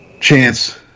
Chance